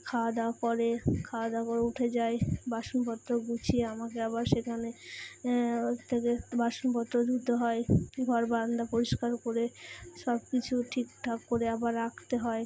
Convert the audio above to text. খাওয়া দাওয়া করে খাওয়া দাওয়া করে উঠে যায় বাসনপত্র গুছিয়ে আমাকে আবার সেখানে তাদের বাসনপত্র ধুতে হয় ঘর বারান্দা পরিষ্কার করে সব কিছু ঠিক ঠাক করে আবার রাখতে হয়